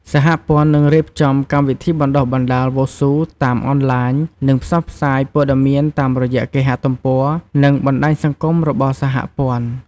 សហព័ន្ធនឹងរៀបចំកម្មវិធីបណ្ដុះបណ្ដាលវ៉ូស៊ូតាមអនឡាញនឹងផ្សព្វផ្សាយព័ត៌មានតាមរយៈគេហទំព័រ និងបណ្ដាញសង្គមរបស់សហព័ន្ធ។